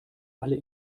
alle